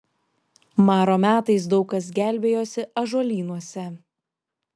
maro metais daug kas gelbėjosi ąžuolynuose